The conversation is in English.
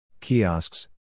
kiosks